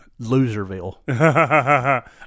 Loserville